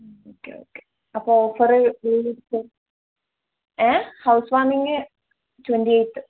okay okay അപ്പോ offer a house warming twenty eighth